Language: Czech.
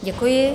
Děkuji.